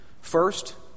First